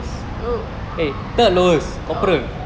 oh